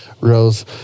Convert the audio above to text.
Rose